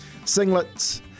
singlets